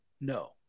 No